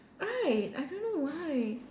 right I don't know why